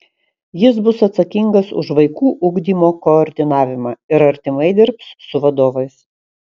jis bus atsakingas už vaikų ugdymo koordinavimą ir artimai dirbs su vadovais